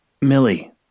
Millie